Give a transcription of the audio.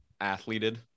athleted